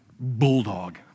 bulldog